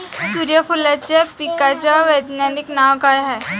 सुर्यफूलाच्या पिकाचं वैज्ञानिक नाव काय हाये?